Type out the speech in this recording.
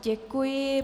Děkuji.